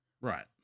Right